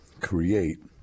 create